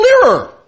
clearer